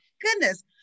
goodness